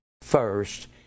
first